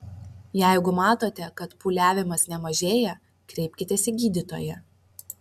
jeigu matote kad pūliavimas nemažėja kreipkitės į gydytoją